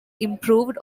improved